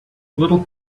little